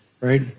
right